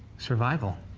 survival.